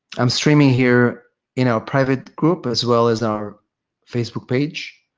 i'm streaming here in our private group, as well as our facebook page.